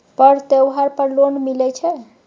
पर्व त्योहार पर लोन मिले छै?